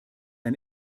ein